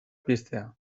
piztea